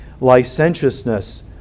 licentiousness